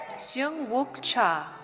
seung wouk cha.